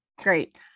Great